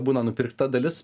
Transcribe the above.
būna nupirkta dalis